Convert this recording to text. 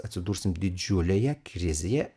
atsidursim didžiulėje krizėje